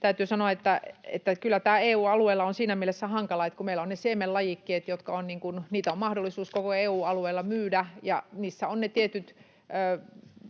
täytyy sanoa, että kyllä tämä EU-alueella on siinä mielessä hankala, että meillä ovat ne siemenlajikkeet, joita on mahdollisuus koko EU-alueella myydä, ja niissä ovat ne tietyt